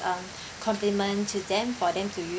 uh compliment to them for them to